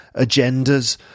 agendas